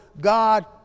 God